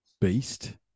beast